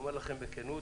אומר לכם בכנות,